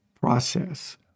process